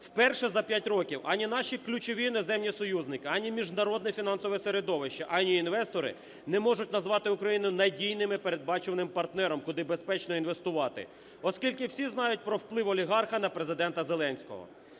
Вперше за 5 років ані наші ключові іноземні союзники, ані міжнародне фінансове середовище, ані інвестори не можуть назвати Україну надійним і передбачуваним партнером, куди безпечно інвестувати, оскільки всі знають про вплив олігарха на Президента Зеленського.